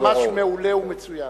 ממש מעולה ומצוין.